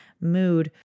mood